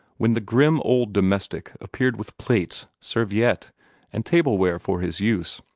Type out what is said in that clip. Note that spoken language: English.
when the grim old domestic appeared with plates, serviette, and tableware for his use,